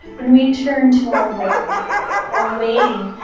when we turn to our lord while waiting.